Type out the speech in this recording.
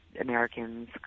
Americans